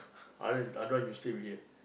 I don't want I don't want you still be here